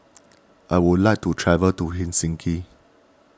I would like to travel to Helsinki